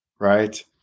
right